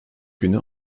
günü